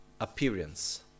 appearance